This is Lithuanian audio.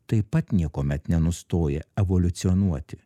taip pat niekuomet nenustoja evoliucionuoti